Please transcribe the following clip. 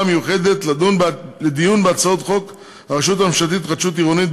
המיוחדת לדיון בהצעת חוק הרשות הממשלתית להתחדשות עירונית,